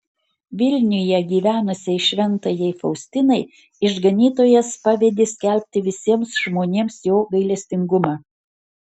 vilniuje gyvenusiai šventajai faustinai išganytojas pavedė skelbti visiems žmonėms jo gailestingumą